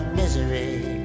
misery